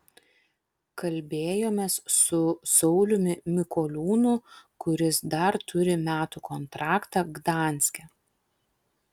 kalbėjomės su sauliumi mikoliūnu kuris dar turi metų kontraktą gdanske